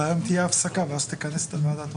אולי היום תהיה הפסקה, ואז תכנס את הוועדה.